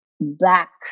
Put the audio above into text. back